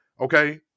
okay